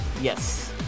yes